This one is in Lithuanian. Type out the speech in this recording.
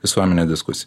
visuomenę diskusijai